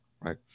right